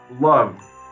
love